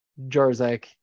Jarzak